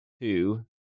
two